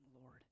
Lord